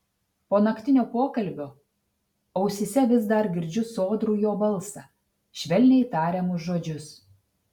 po naktinio pokalbio ausyse vis dar girdžiu sodrų jo balsą švelniai tariamus žodžius